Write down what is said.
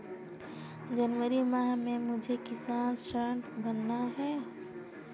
जनवरी माह में मुझे कितना ऋण भरना है?